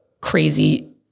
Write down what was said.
crazy